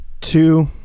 two